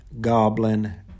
Goblin